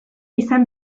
izan